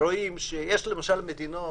רואים שיש למשל מדינות